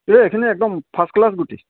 এই এইখিনি একদম ফাৰ্ষ্ট ক্লাছ গুটি